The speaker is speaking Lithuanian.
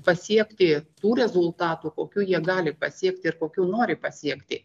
pasiekti tų rezultatų kokių jie gali pasiekti ir kokių nori pasiekti